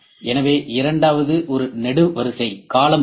எனவே இரண்டாவது ஒரு நெடுவரிசை வகை